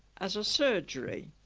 as a surgery